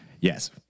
Yes